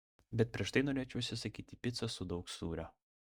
bet prieš tai norėčiau užsisakyti picą su daug sūrio